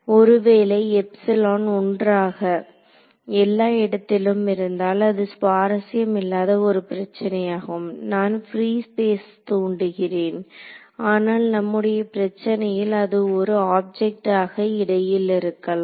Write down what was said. ஒருவேளை எப்ஸிலோன் ஒன்றாக எல்லா இடத்திலும் இருந்தால் அது சுவாரஸ்யம் இல்லாத ஒரு பிரச்சனையாகும் நான் பிரீ ஸ்பேஸ் தூண்டுகிறேன் ஆனால் நம்முடைய பிரச்சனையில் அது ஒரு ஆப்ஜெக்ட்டாக இடையில் இருக்கலாம்